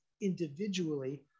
individually